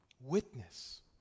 witness